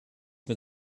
mit